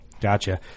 Gotcha